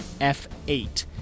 F8